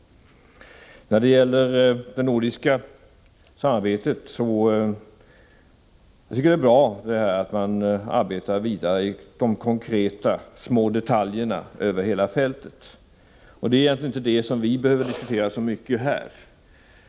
När det gäller det nordiska samarbetet tycker jag att det är bra att man arbetar vidare med de konkreta små detaljerna över hela fältet. Det är egentligen inte det vi behöver diskutera så mycket här.